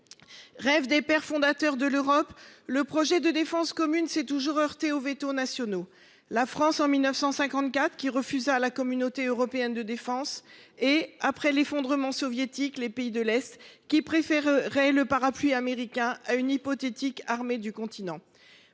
Rêve des pères fondateurs de l’Europe, le projet de défense commune s’est toujours heurté aux veto nationaux. La France, en 1954, refusa la Communauté européenne de défense (CED), tandis que, après l’effondrement soviétique, les pays de l’Est préférèrent le parapluie américain à une hypothétique armée du continent.